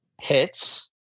hits